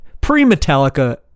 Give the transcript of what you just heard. pre-Metallica